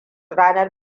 ranar